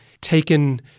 taken